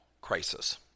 crisis